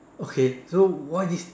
okay so why these